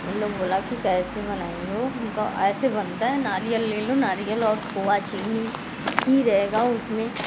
उन लोग बोला कि कैसे बनाई हो उनका ऐसे बनता है नारियल ले लो नारियल और खोया चीनी घी रहेगा उसमें